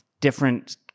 different